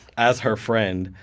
as her friend,